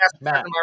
Matt